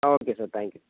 ah okay sir thank you sir